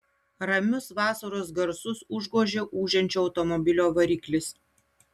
ramius vasaros garsus užgožė ūžiančio automobilio variklis